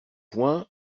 point